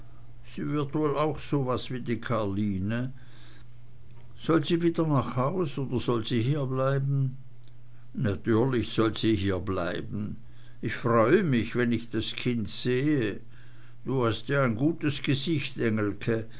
sie wird woll auch so was wie die karline soll sie wieder nach haus oder soll sie hierbleiben natürlich soll sie hierbleiben ich freue mich wenn ich das kind sehe du hast ja ein gutes gesicht